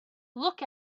look